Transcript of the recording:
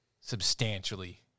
substantially